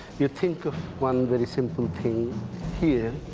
you think of one very simple thing here,